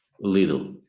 little